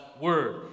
word